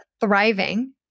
thriving